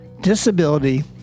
disability